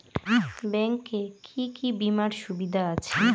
Bank এ কি কী বীমার সুবিধা আছে?